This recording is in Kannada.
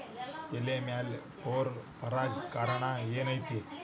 ಎಲೆ ಮ್ಯಾಲ್ ಪೊರೆ ಬರಾಕ್ ಕಾರಣ ಏನು ಐತಿ?